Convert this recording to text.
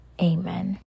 amen